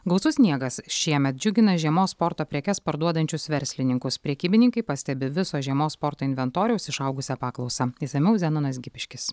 gausus sniegas šiemet džiugina žiemos sporto prekes parduodančius verslininkus prekybininkai pastebi viso žiemos sporto inventoriaus išaugusią paklausą išsamiau zenonas gipiškis